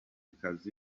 kazi